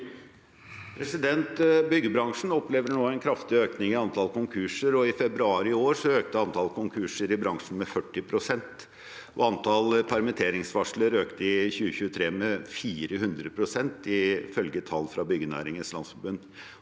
Byggebransjen opplever nå en kraftig økning i antall konkurser, og i februar i år økte antall konkurser i bransjen med 40 pst. Antall permitteringsvarsler økte i 2023 med 400 pst. ifølge tall fra Byggenæringens Landsforening.